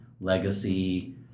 legacy